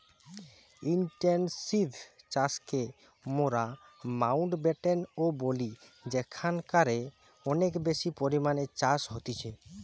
intensive চাষকে মোরা Mountbatten ও বলি যেখানকারে অনেক বেশি পরিমাণে চাষ হতিছে